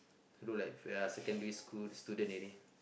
look like we are secondary school student already